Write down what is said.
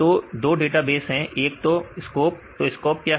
तो दो डेटाबेस है एक तो SCOP तो SCOP क्या है